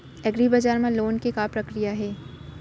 एग्रीबजार मा लोन के का प्रक्रिया हे?